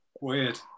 Weird